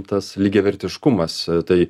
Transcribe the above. tas lygiavertiškumas tai